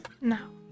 No